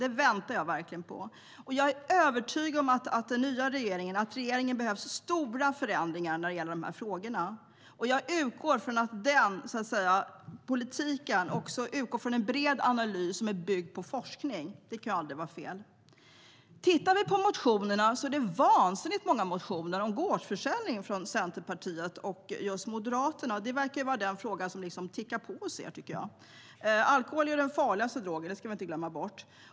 Den väntar jag verkligen på. Jag är övertygad om att det behövs stora förändringar när det gäller de här frågorna. Och jag utgår från att den nya regeringens politik utgår från en bred analys byggd på forskning. Det kan aldrig vara fel. Om vi tittar på motionerna kan vi se att det finns vansinnigt många motioner om gårdsförsäljning från Centerpartiet och Moderaterna. Det verkar vara den fråga som tickar på hos er. Alkohol är den farligaste drogen. Det ska vi inte glömma bort.